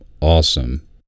awesome